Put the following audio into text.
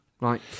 right